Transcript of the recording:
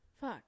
Fuck